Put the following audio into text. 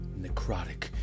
necrotic